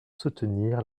soutenir